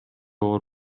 оор